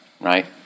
right